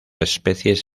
especies